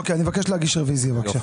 אוקיי, אני מבקש להגיש רוויזיה בבקשה.